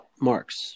marks